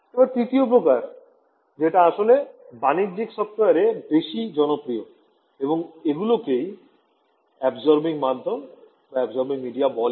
এবার তৃতীয় প্রকার যেটা আসলে বাণিজ্যিক সফটওয়্যার এ বেশ জনপ্রিয় এবং এগুলকেই অ্যাবসরবিং মাধ্যম বলে